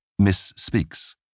misspeaks